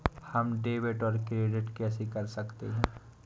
हम डेबिटऔर क्रेडिट कैसे कर सकते हैं?